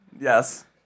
Yes